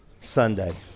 Sunday